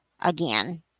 again